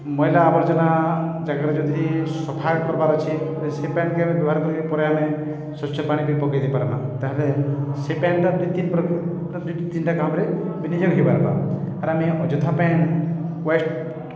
ମଇଳା ଆବର୍ଜନା ଜାଗାରେ ଯଦି ସଫା କର୍ବାର୍ଅଛେ ସେ ପାଏନ୍କେ ଆମେ ବ୍ୟବହାର୍ କରି କରି ପରେ ଆମେ ସ୍ୱଚ୍ଛ ପାଣି ବି ପକେଇ ଦେଇ ପାର୍ମା ତା'ହେଲେ ସେ ପାଏନ୍ଟା ଦୁଇ ତିନ୍ ଦୁଇ ଦୁଇ ତିନ୍ଟା କାମ୍ରେ ବିନିଯୋଗ୍ ହେଇପାର୍ବା ଆର୍ ଆମେ ଅଯଥା ପାଏନ୍ ୱେଷ୍ଟ୍